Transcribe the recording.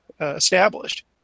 established